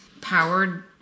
powered